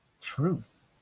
truth